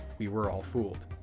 we were all fooled.